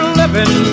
living